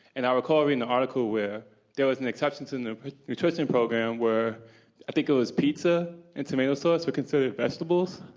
and i recall reading the article where there was an exception in the nutrition program where i think it was pizza and tomato sauce are considered vegetables.